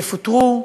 יפוטרו?